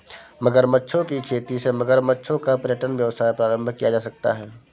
मगरमच्छों की खेती से मगरमच्छों का पर्यटन व्यवसाय प्रारंभ किया जा सकता है